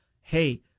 hey